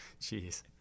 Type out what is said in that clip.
Jeez